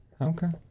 Okay